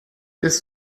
ist